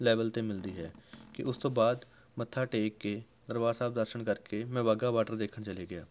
level 'ਤੇ ਮਿਲਦੀ ਹੈ ਕਿ ਉਸ ਤੋਂ ਬਾਅਦ ਮੱਥਾ ਟੇਕ ਕੇ ਦਰਬਾਰ ਸਾਹਿਬ ਦਰਸ਼ਨ ਕਰਕੇ ਮੈਂ ਵਾਹਗਾ ਬਾਰਡਰ ਦੇਖਣ ਚਲੇ ਗਿਆ